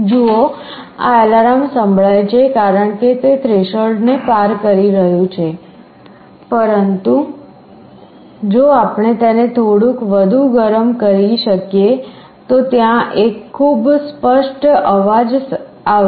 જુઓ આ અલાર્મ સંભળાય છે કારણ કે તે થ્રેશોલ્ડને પાર કરી રહ્યું છે પરંતુ જો આપણે તેને થોડુંક વધુ ગરમ કરી શકીએ તો ત્યાં એક ખૂબ સ્પષ્ટ અવાજ આવશે